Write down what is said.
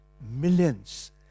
millions